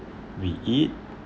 we eat